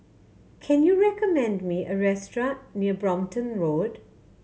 can you recommend me a restaurant near Brompton Road